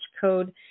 Code